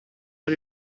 are